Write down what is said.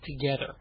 together